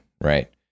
right